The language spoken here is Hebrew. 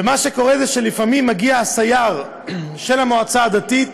ומה שקורה זה שלפעמים מגיע הסייר של המועצה הדתית